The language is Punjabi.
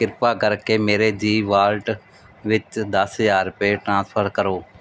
ਕਿਰਪਾ ਕਰਕੇ ਮੇਰੇ ਜ਼ੀ ਵਾਲਟ ਵਿੱਚ ਦਸ ਹਜ਼ਾਰ ਰੁਪਏ ਟ੍ਰਾਂਸਫਰ ਕਰੋ